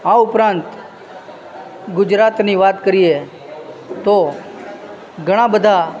આ ઉપરાંત ગુજરાતની વાત કરીએ તો ઘણા બધા